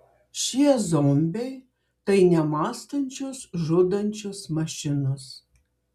šie zombiai tai nemąstančios žudančios mašinos